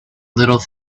little